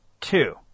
two